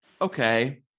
Okay